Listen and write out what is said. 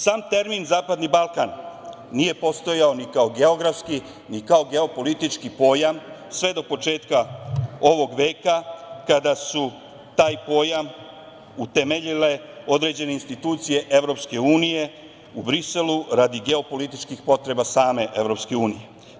Sam termin Zapadni Balkan nije postojao ni kao geografski, ni kao geopolitički pojam, sve do početka ovog veka, kada su taj pojam utemeljile određene institucije Evropske unije u Briselu radi geopolitičkih potreba same Evropske unije.